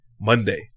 Monday